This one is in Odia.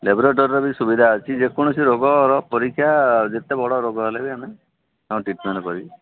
ଲାବ୍ରୋଡୋରୀର ବି ସୁବିଧା ଅଛି ଯେ କୌଣସି ରୋଗର ପରୀକ୍ଷା ଯେତେ ବଡ଼ ରୋଗ ହେଲେ ବି ଆମେ ଟ୍ରିଟ୍ମେଣ୍ଟ କରିବୁ